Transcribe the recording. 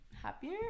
happier